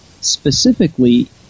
specifically